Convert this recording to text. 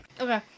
okay